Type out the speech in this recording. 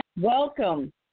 Welcome